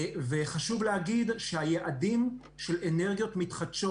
חשוב להגיד שהיעדים של אנרגיות מתחדשות